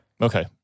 okay